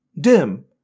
dim